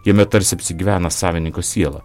jame tarsi apsigyvena savininko siela